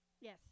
Yes